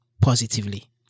positively